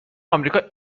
آمریکا